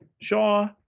shaw